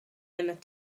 arnat